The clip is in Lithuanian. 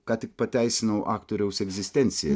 ką tik pateisinau aktoriaus egzistenciją